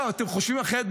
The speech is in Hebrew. אתם חושבים אחרת?